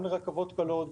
גם לרכבות קלות,